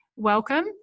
welcome